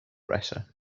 brescia